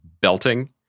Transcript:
belting